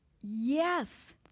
Yes